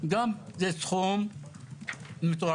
גם זה סכום מטורף,